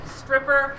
stripper